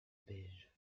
beige